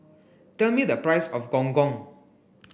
tell me the price of Gong Gong